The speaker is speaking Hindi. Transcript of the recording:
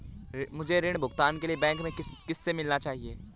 मुझे ऋण भुगतान के लिए बैंक में किससे मिलना चाहिए?